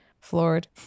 floored